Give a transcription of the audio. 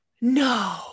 No